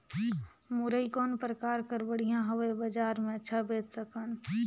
मुरई कौन प्रकार कर बढ़िया हवय? बजार मे अच्छा बेच सकन